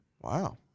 Wow